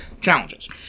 Challenges